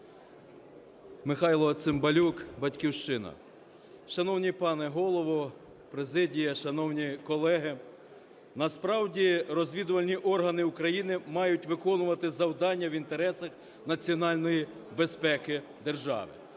Михайло Цимбалюк, "Батьківщина". Шановні пане Голово, президія, шановні колеги! Насправді розвідувальні органи України мають виконувати завдання в інтересах національної безпеки держави.